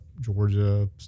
Georgia